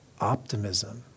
optimism